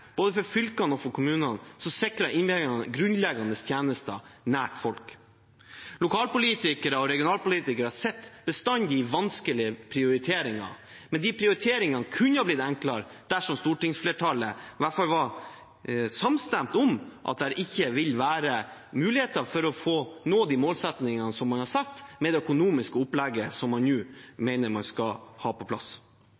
for både fylkene og kommunene, som sikrer innbyggerne grunnleggende tjenester nær folk. Lokalpolitikere og regionalpolitikere sitter bestandig med vanskelige prioriteringer, men de prioriteringene kunne blitt enklere dersom stortingsflertallet i hvert fall var samstemt om at det ikke vil være muligheter for å nå de målsettingene man har satt, med det økonomiske opplegget man nå